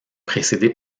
précédée